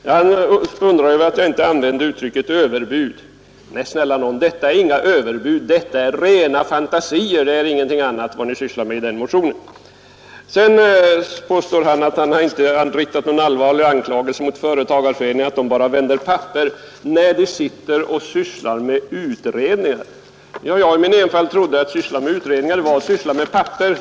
Herr Sjönell undrade över att jag inte använde uttrycket överbud. Snälla någon, detta är inga överbud, utan det är rena fantasier ni sysslar med i den motionen. Herr Sjönell påstod vidare att han inte riktat någon anklagelse mot företagarföreningarna för att de bara vänder papper, när de sitter och sysslar med utredningar. Jag trodde i min enfald att utredningsarbete var att syssla med papper.